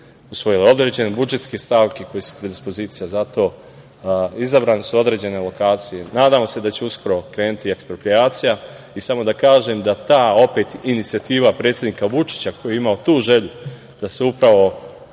usvojili smo određene budžetske stavke koji su predispozicija za to, izabrane su određene lokacije. Nadamo se da će uskoro krenuti i eksproprijacija. Samo da kažem da ta, opet, inicijativa predsednika Vučića koji je imao tu želju da se upravo